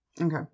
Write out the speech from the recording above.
Okay